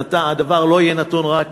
הדבר לא יהיה נתון רק